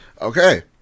Okay